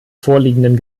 vorliegenden